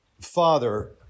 Father